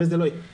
הרי זה לא יקרה.